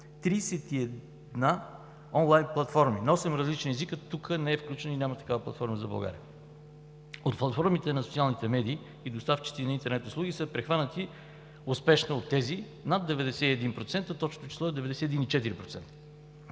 31 онлайн платформи на осем различни езика. Тук не е включен и няма такава платформа за България. От платформите на социалните медии и доставчици на интернет услуги са прихванати успешно над 91%, а точното число е 91,4%